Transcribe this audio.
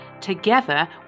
Together